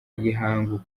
y’ihangu